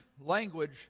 language